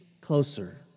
closer